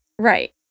right